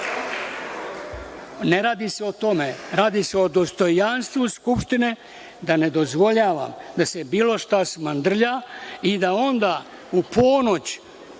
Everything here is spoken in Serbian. Ne radi se o tome, radi se o dostojanstvu Skupštine, da ne dozvoljavam da se bilo šta smandrlja i da onda u ponoć,